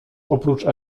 oprócz